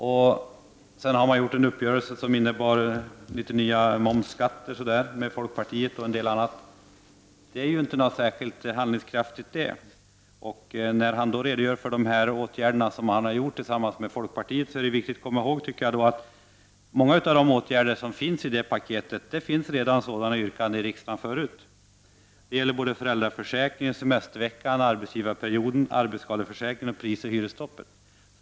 Därefter har man träffat en uppgörelse med folkpartiet som innebär ny moms och litet annat. Det är inte särskilt handlingskraftigt. När Erik Åsbrink redogjorde för dessa åtgärder som han vidtagit tillsammans med folkpartiet är det viktigt att komma ihåg att många av de åtgärder som föreslås i detta paket har redan föreslagits i riksdagen förut. Det gäller föräldraförsäkringen, semesterveckan, arbetsgivarperioden, arbetsskadeförsäkringen samt prisoch hyresstoppet.